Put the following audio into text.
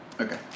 Okay